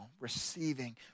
Receiving